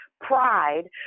pride